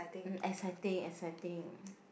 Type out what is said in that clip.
um exciting exciting